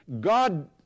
God